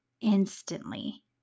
instantly